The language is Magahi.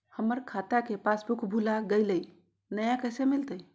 हमर खाता के पासबुक भुला गेलई, नया कैसे मिलतई?